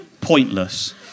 pointless